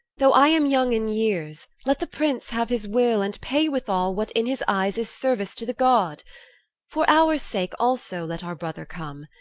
though i am young in years. let the prince have his will and pay withal what in his eyes is service to the god for our sake also let our brother come.